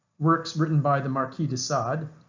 works written by the marquis de sade,